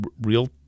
real